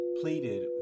pleaded